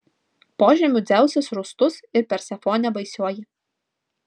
požemių dzeusas rūstus ir persefonė baisioji